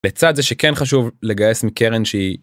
בצד זה שכן חשוב לגייס מקרן שהיא